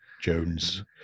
Jones